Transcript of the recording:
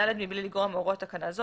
מבלי לגרוע מהוראות תקנה זו,